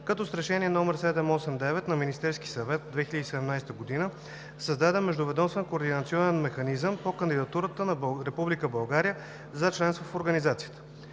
като с Решение № 789 на Министерски съвет от 2017 г. създаде Междуведомствен координационен механизъм по кандидатурата на Република България за членство в организацията.